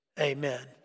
amen